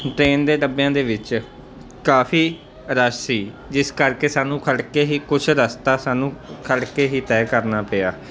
train ਦੇ ਡੱਬਿਆਂ ਦੇ ਵਿੱਚ ਕਾਫੀ ਰਸ਼ ਸੀ ਜਿਸ ਕਰਕੇ ਸਾਨੂੰ ਖੜ੍ਹ ਕੇ ਹੀ ਕੁਝ ਰਸਤਾ ਸਾਨੂੰ ਖੜ੍ਹ ਕੇ ਹੀ ਤੈਅ ਕਰਨਾ ਪਿਆ